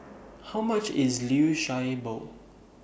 How much IS Liu Sha Bao